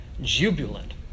jubilant